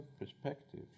perspective